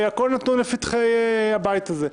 הכול נתון לפתחי הבית הזה.